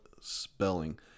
spelling